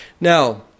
Now